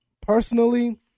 Personally